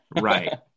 right